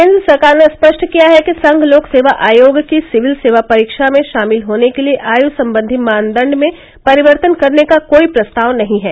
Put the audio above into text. केन्द्र सरकार ने स्पष्ट किया है कि संघ लोक सेवा आयोग की सिविल सेवा परीक्षा में शामिल होने के लिए आयु संबंधी मानदंड में परिवर्तन करने का कोई प्रस्ताव नहीं है